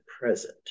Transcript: present